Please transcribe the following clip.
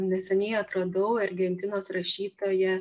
neseniai atradau argentinos rašytoją